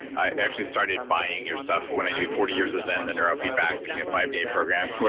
i actually started buying your stuff when i do forty years of zen, the neurofeedback five-day program.